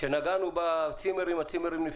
כשנגענו בצימרים, הצימרים נפתחו.